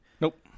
nope